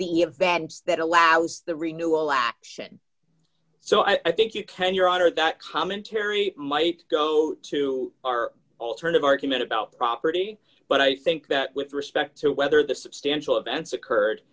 events that allows the renewal action so i think you can your honor that commentary might go to our alternative argument about property but i think that with respect to whether the substantial events occurred